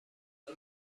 who